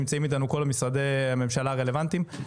נמצאים איתנו כל משרדי הממשלה הרלוונטיים.